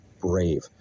brave